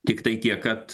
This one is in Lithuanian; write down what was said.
tiktai tiek kad